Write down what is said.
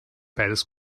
beides